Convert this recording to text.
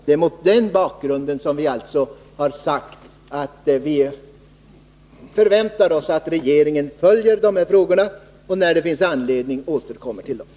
Det är mot den bakgrunden som vi sagt att vi förväntar oss att regeringen följer dessa frågor och när det finns anledning återkommer med förslag.